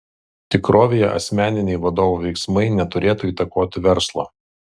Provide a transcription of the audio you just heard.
tikrovėje asmeniniai vadovo veiksmai neturėtų įtakoti verslo